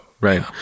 Right